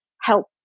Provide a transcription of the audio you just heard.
help